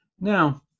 Now